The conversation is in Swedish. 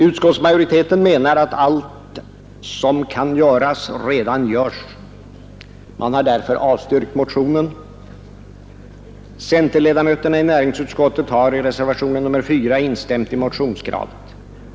Utskottsmajoriteten menar att allt som kan göras redan görs. Man har därför avstyrkt motionen. Centerledamöterna i näringsutskottet har i reservationen 4 instämt i motionskravet.